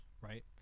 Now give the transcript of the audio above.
right